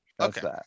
Okay